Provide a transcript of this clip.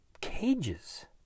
cages